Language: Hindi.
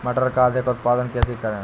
मटर का अधिक उत्पादन कैसे करें?